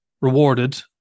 rewarded